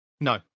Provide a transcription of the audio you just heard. No